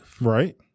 right